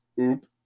Oop